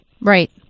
Right